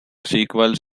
sequels